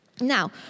Now